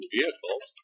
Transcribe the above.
Vehicles